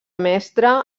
mestre